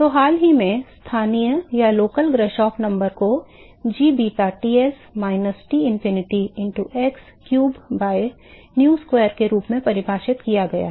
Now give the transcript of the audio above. तो हाल ही में स्थानीय ग्राशॉफ संख्या को g beta Ts minus Tinfinity into x cube by nu square के रूप में परिभाषित किया गया है